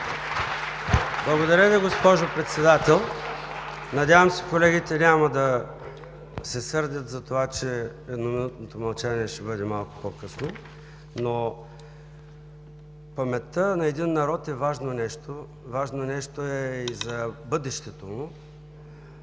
Благодаря Ви, госпожо Председател. Надявам се, колегите няма да се сърдят, затова че едноминутното мълчание ще бъде малко по-късно. Но паметта на един народ е важно нещо. Важно нещо е и за бъдещето му,